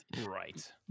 Right